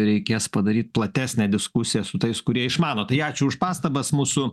reikės padaryt platesnę diskusiją su tais kurie išmano tai ačiū už pastabas mūsų